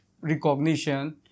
recognition